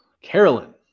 Carolyn